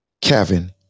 Kevin